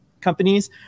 companies